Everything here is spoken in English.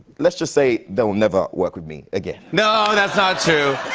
let's just say they'll never work with me again. no, that's not true.